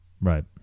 right